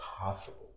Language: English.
possible